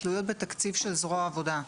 תלויות בתקציב של זרוע העבודה,